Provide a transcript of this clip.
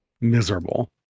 miserable